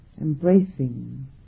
embracing